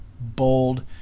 bold